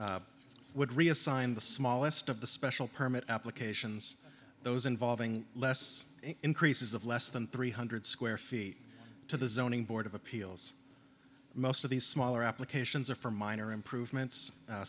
t would reassign the smallest of the special permit applications those involving less increases of less than three hundred square feet to the zoning board of appeals most of the smaller applications are for minor improvements